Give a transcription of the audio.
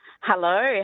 Hello